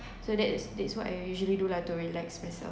so that's that's what I usually do like to relax myself